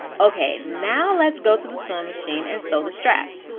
ok, now let's go to the sewing machine and sew the straps.